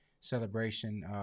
celebration